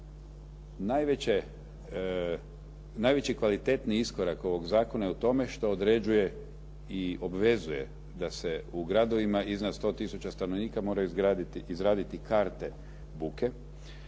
Najveći kvalitetni iskorak ovog zakona je u tome što određuje i obvezuje da se u gradovima iznad 100000 stanovnika moraju izraditi karte buke,